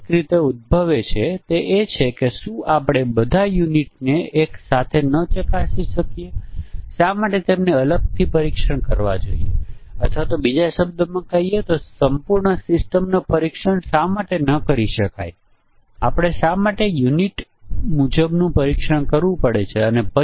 1 way fault માં જ્યાં સુધી 1 વિશિષ્ટ પરિમાણ સાચી અથવા ખોટી પર સેટ કરેલું છે ત્યાં સુધી સમસ્યા આવે છે અને જોડી મુજબનો ફોલ્ટ 2 વે ફોલ્ટછે